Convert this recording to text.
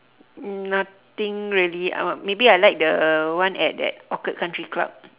nothing really uh maybe I like the one at that orchid country club